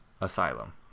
Asylum